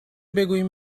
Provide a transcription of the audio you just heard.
بگوییم